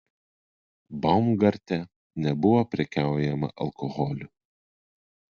baumgarte nebuvo prekiaujama alkoholiu